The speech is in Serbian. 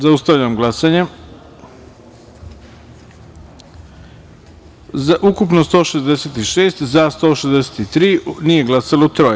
Zaustavljam glasanje: ukupno - 166, za – 163, nije glasalo - troje.